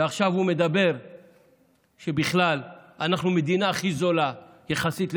ועכשיו הוא מדבר על כך שבכלל אנחנו המדינה הכי זולה יחסית לאירופה.